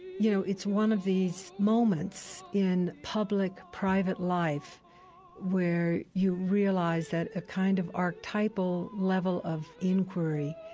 you know, it's one of these moments in public private life where you realize that a kind of archetypal level of inquiry,